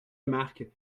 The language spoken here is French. remarque